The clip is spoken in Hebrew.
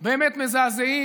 באמת מזעזעים.